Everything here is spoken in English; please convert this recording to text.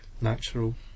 natural